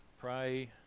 Pray